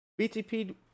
BTP